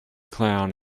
clown